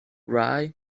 rye